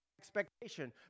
Expectation